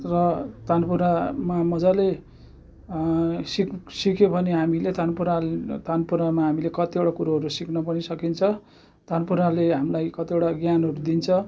र तानपुरामा मज्जाले सिक सिक्यो भने हामीले तानपुरा तानपुरामा हामीले कतिवटा कुरोहरू सिक्न पनि सकिन्छ तानपुराले हामीलाई कतिवटा ज्ञानहरू दिन्छ